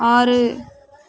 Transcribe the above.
ஆறு